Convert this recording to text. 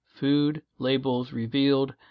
foodlabelsrevealed